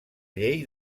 llei